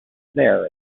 there